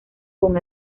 con